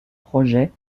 projets